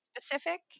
specific